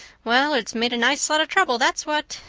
well, it's made a nice lot of trouble, that's what.